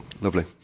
lovely